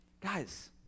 Guys